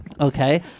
Okay